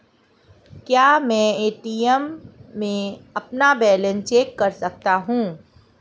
क्या मैं ए.टी.एम में अपना बैलेंस चेक कर सकता हूँ?